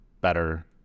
better